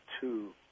two